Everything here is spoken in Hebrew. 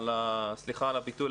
סליחה על הביטוי,